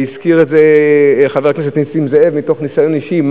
הזכיר את זה חבר הכנסת נסים זאב מתוך ניסיון אישי,